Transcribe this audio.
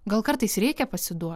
gal kartais reikia pasiduot